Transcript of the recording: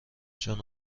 چون